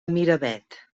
miravet